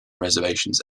reservations